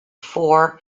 four